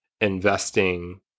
investing